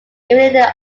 even